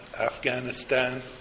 Afghanistan